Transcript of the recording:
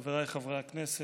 חבריי חברי הכנסת,